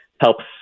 helps